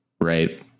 right